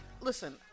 listen